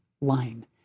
line